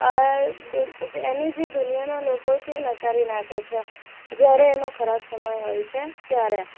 એની જે દુનિયાનાં લોકો છે નકારી નાખે છે જ્યારે એનો ખરાબ સમય હોય છે ત્યારે